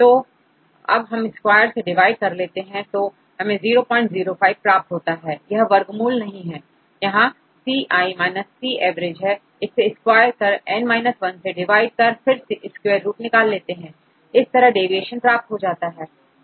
तो जब हम स्क्वायर से डिवाइड करते हैंतो हमें 005 प्राप्त होता है यह वर्गमूल नहीं है यहां C C averageहै इसे स्क्वायर कर n 1 से डिवाइड कर फिर स्क्वेयर रूट निकाल लेते हैं इस तरह डेविएशन प्राप्त हो जाता है